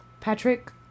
Patrick